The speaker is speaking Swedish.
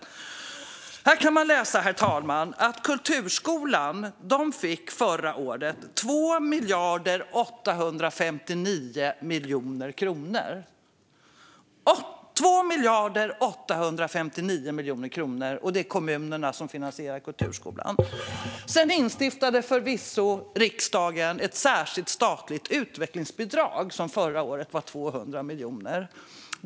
I den rapporten kan man läsa, herr talman, att kulturskolan förra året fick 2 859 000 000 kronor. Och det är kommunerna som finansierar kulturskolan. Sedan instiftade förvisso riksdagen ett särskilt statligt utvecklingsbidrag, som förra året var 200 miljoner.